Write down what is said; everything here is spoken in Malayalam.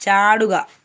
ചാടുക